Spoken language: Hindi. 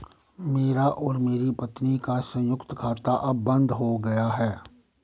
मेरा और मेरी पत्नी का संयुक्त खाता अब बंद हो गया है